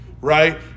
right